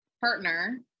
partner